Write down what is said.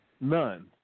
None